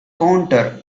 counter